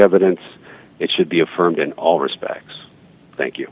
evidence it should be affirmed in all respects thank you